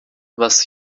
was